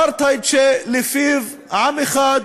שלפיה עם אחד